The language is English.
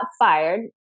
fired